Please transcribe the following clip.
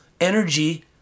energy